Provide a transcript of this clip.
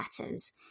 atoms